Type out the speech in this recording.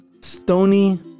stony